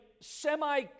semi